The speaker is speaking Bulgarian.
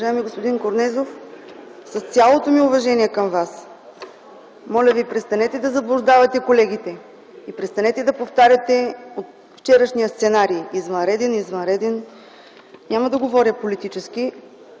Уважаеми господин Корнезов, с цялото ми уважение към Вас, моля, престанете да заблуждавате колегите. Престанете да повтаряте вчерашния сценарий – „Извънреден, извънреден...”. Няма да говоря политически,